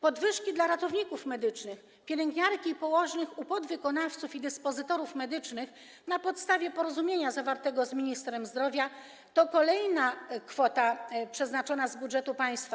Podwyżki dla ratowników medycznych, pielęgniarek i położnych u podwykonawców i dyspozytorów medycznych na podstawie porozumienia zawartego z ministrem zdrowia to kolejna kwota przeznaczona z budżetu państwa.